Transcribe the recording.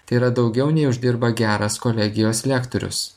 tai yra daugiau nei uždirba geras kolegijos lektorius